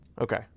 Okay